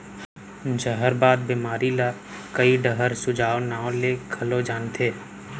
जहरबाद बेमारी ल कइ डहर सूजवा नांव ले घलौ जानथें